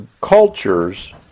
Cultures